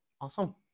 Awesome